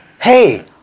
hey